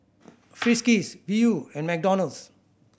Friskies Viu and McDonald's